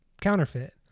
counterfeit